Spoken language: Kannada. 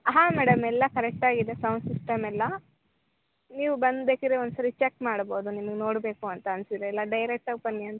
ಹಾಂ ಮೇಡಮ್ ಎಲ್ಲ ಕರೆಕ್ಟಾಗಿದೆ ಸೌಂಡ್ ಸಿಸ್ಟಮ್ಮೆಲ್ಲ ನೀವು ಬಂದು ಬೇಕಿದ್ರೆ ಒಂದು ಸಾರಿ ಚೆಕ್ ಮಾಡ್ಬೋದು ನಿಮಗೆ ನೋಡಬೇಕು ಅಂತ ಅನ್ಸಿದ್ರೆ ಇಲ್ಲ ಡೈರೆಕ್ಟಾಗಿ ಬನ್ನಿ